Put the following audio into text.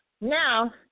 Now